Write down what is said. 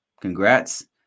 Congrats